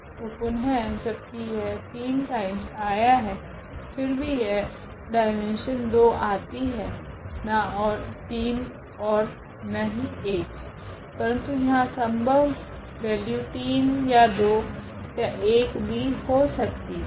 तो पुनः जबकि यह 3 टाइम्स आया है फिर भी यह डाईमेन्शन 2 आती है ना 3 ओर न ही 1 परंतु यहाँ संभव वैल्यू 3 या 2 या 1 भी हो सकती थी